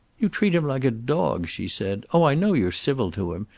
you treat him like a dog, she said. oh, i know you're civil to him,